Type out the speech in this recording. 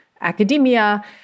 academia